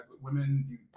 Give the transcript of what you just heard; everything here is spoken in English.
women